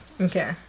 Okay